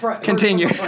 Continue